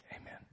amen